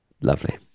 lovely